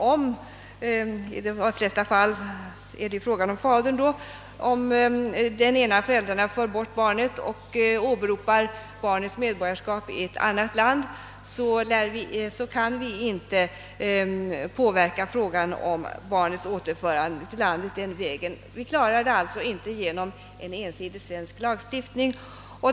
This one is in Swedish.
Om fadern — som det mestadels är fråga om — för bort barnet och åberopar barnets medborgarskap i ett an nat land, kan vi inte påverka frågan om barnets återförande till landet den vägen. Vi klarar det inte genom ensidig svensk lagstiftning.